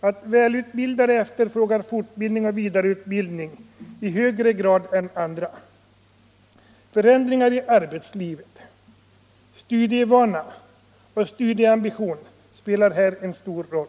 att välutbildade efterfrågar fortbildning och vidareutbildning i högre grad än andra. Förändringar i arbetslivet, studievana och studieambition spelar här en stor roll.